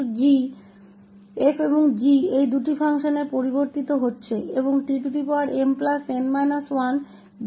तो यह उत्पाद इन दो फंक्शन्स का दृढ़ संकल्प f और g आ रहा है tmn 1Β𝑚 𝑛